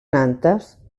nantes